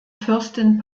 fürstin